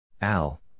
Al